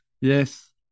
Yes